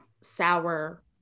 sour